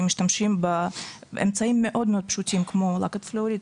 משתמשים באמצעים מאוד מאוד פשוטים כמו לכת פלואוריד,